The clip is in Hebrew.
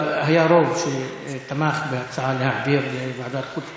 אבל היה רוב שתמך בהצעה להעביר לוועדת החוץ והביטחון.